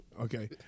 Okay